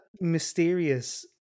mysterious